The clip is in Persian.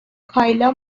کایلا